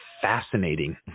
fascinating